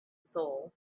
soul